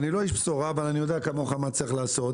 אני לא איש בשורה אבל אני יודע כמוך מה צריך לעשות.